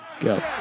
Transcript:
go